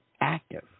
active